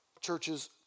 churches